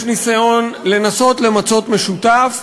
יש ניסיון למצות את המשותף.